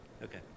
Okay